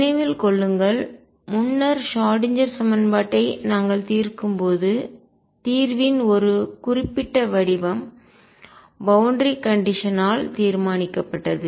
நினைவில் கொள்ளுங்கள் முன்னர் ஷ்ராடின்ஜெர் சமன்பாட்டை நாங்கள் தீர்க்கும்போது தீர்வின் ஒரு குறிப்பிட்ட வடிவம் பவுண்டரி கண்டிஷன் எல்லை நிபந்தனை யால் தீர்மானிக்கப்பட்டது